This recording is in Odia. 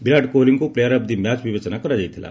ବିରାଟ କୋହଲିଙ୍କୁ ପ୍ଲେୟାର ଅଫ୍ ଦି ମ୍ୟାଚ୍ ବିବେଚନା କରିଯାଇଥିଲା